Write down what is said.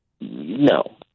No